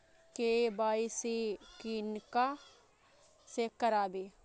KYC किनका से कराबी?